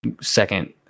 second